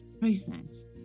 process